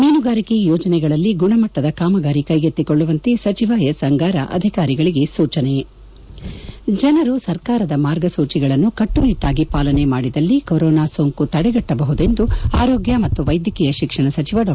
ಮೀನುಗಾರಿಕೆ ಯೋಜನೆಗಳಲ್ಲಿ ಗುಣಮಟ್ಟದ ಕಾಮಗಾರಿ ಕೈಗೆತ್ತಿಕೊಳ್ಳುವಂತೆ ಸಚಿವ ಎಸ್ ಅಂಗಾರ ಅಧಿಕಾರಿಗಳಿಗೆ ಸೂಚನೆ ಜನರು ಸರ್ಕಾರದ ಮಾರ್ಗಸೂಚಿಗಳನ್ನು ಕಟ್ಟುನಿಟ್ಟಾಗಿ ಪಾಲನೆ ಮಾಡಿದಲ್ಲಿ ಕೊರೋನಾ ಸೋಂಕು ತಡೆಗಟ್ಟಬಹುದು ಎಂದು ಆರೋಗ್ನ ಮತ್ತು ವೈದ್ಯಕೀಯ ಶಿಕ್ಷಣ ಸಚಿವ ಡಾ